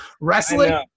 wrestling